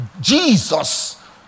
Jesus